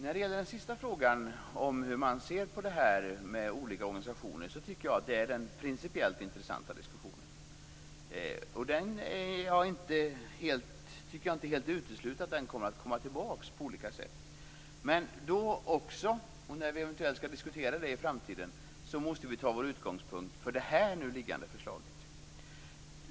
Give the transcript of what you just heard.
Fru talman! Den sista frågan, hur man ser på detta med olika organisationer, tycker jag är den principiellt intressanta i diskussionen. Det är inte helt uteslutet att den kommer tillbaka på olika sätt. När vi eventuellt skall diskutera den i framtiden måste vi ta vår utgångspunkt i det här nu liggande förslaget.